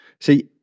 See